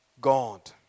God